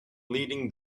leading